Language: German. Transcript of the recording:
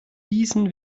diesen